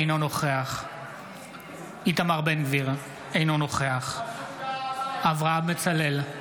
אינו נוכח איתמר בן גביר, אינו נוכח אברהם בצלאל,